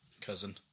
cousin